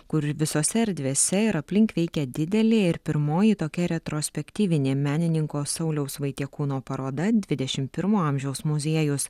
kur visose erdvėse ir aplink veikia didelė ir pirmoji tokia retrospektyvinė menininko sauliaus vaitiekūno paroda dvidešimt pirmo amžiaus muziejaus